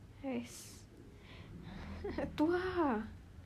!hais! itu lah